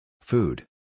food